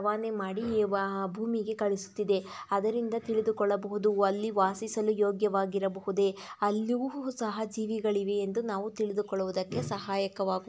ರವಾನೆ ಮಾಡಿ ವಾ ಭೂಮಿಗೆ ಕಳಿಸುತ್ತಿದೆ ಅದರಿಂದ ತಿಳಿದುಕೊಳ್ಳಬಹುದು ಅಲ್ಲಿ ವಾಸಿಸಲು ಯೋಗ್ಯವಾಗಿರಬಹುದೇ ಅಲ್ಲಿಯೂ ಹು ಸಹ ಜೀವಿಗಳಿವೆ ಎಂದು ನಾವು ತಿಳಿದುಕೊಳ್ಳುವುದಕ್ಕೆ ಸಹಾಯಕವಾಗುತ್ತದೆ